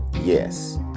yes